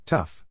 Tough